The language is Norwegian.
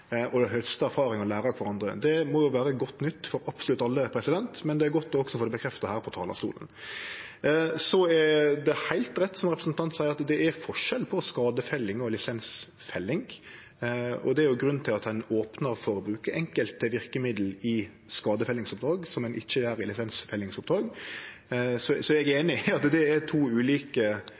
og hauste erfaringar og lære av kvarandre. Det må jo vere godt nytt for absolutt alle, men det er godt også å få det bekrefta her frå talarstolen. Så er det heilt rett, som representanten seier, at det er forskjell på skadefelling og lisensfelling. Det er grunnen til at ein opnar for å bruke enkelte verkemiddel i skadefellingsoppdrag som ein ikkje gjer i lisensfellingsoppdrag. Eg er einig i at det er to ulike